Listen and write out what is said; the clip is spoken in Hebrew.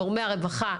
גורמי הרווחה,